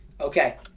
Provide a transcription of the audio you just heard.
Okay